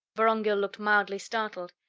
vorongil looked mildly startled.